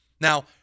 Now